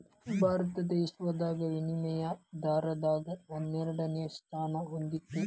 ಭಾರತ ವಿಶ್ವದಾಗ ವಿನಿಮಯ ದರದಾಗ ಹನ್ನೆರಡನೆ ಸ್ಥಾನಾ ಹೊಂದೇತಿ